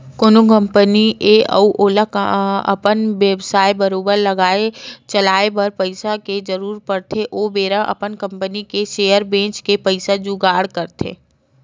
कोनो कंपनी हे अउ ओला अपन बेवसाय बरोबर चलाए बर पइसा के जरुरत पड़थे ओ बेरा अपन कंपनी के सेयर बेंच के पइसा जुगाड़ करथे